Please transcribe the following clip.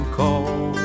call